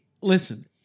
listen